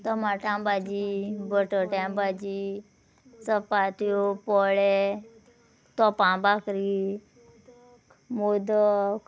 टमाटां भाजी बटट्यां भाजी चपात्यो पोळे तोपां बाकरी मोदक